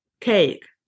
cake